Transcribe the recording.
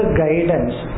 guidance